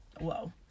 whoa